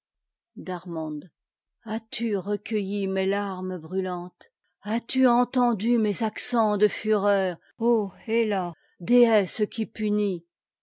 as-tu recueilli mes larmes brûlantes as-tu entendu mes accents de fureur ô héla déesse qui punit